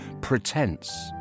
pretense